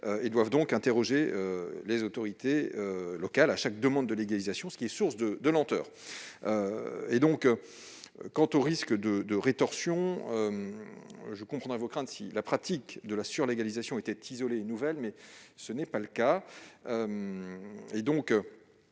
et doivent donc interroger les autorités locales à chaque demande de légalisation, ce qui est source de lenteur. Sur les risques de rétorsion, je comprendrais vos craintes si la pratique de la surlégalisation était isolée et nouvelle, mais ce n'est pas le cas.